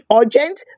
urgent